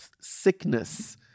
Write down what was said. sickness